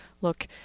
look